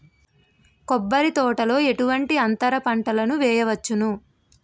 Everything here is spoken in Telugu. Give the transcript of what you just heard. కొబ్బరి తోటలో ఎటువంటి అంతర పంటలు వేయవచ్చును?